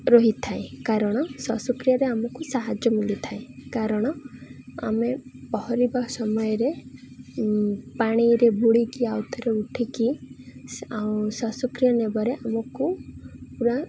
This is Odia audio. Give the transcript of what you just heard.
ରହିଥାଏ କାରଣ ଶ୍ଵାସକ୍ରିୟାରେ ଆମକୁ ସାହାଯ୍ୟ ମିଳିଥାଏ କାରଣ ଆମେ ପହଁରିବା ସମୟରେ ପାଣିରେ ବୁଡ଼ିକି ଆଉ ଥରେ ଉଠିକି ଆଉ ଶ୍ଵାସକ୍ରିୟା ନେବାରେ ଆମକୁ ପୁରା